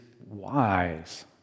wise